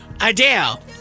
Adele